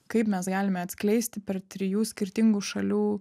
kaip mes galime atskleisti per trijų skirtingų šalių